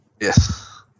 Yes